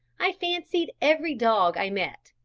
i fancied every dog i met,